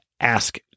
ask